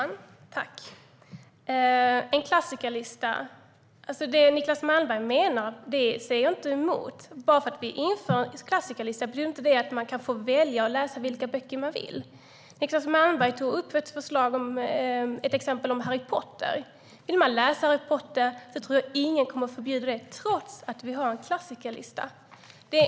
Herr talman! Det Niclas Malmberg menar säger jag inte emot. Bara för att vi inför en klassikerlista betyder inte det att man inte kan få välja att läsa vilka böcker man vill. Niclas Malmberg tog upp exemplet med Harry Potter. Om man vill läsa Harry Potter tror jag inte att någon kommer att förbjuda det trots att vi har en klassikerlista.